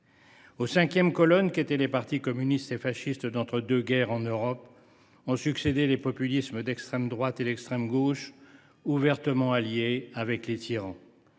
Aux cinquièmes colonnes qu’étaient les partis communistes et fascistes de l’entre deux guerres en Europe ont succédé des populismes d’extrême droite et d’extrême gauche ouvertement alliés aux tyrans.